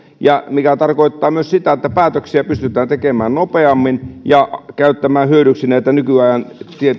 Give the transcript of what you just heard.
mikä tarkoittaa myös sitä että päätöksiä pystytään tekemään nopeammin ja käyttämään hyödyksi näitä nykyajan